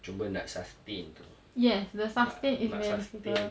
cuma nak sustain tu ya nak sustain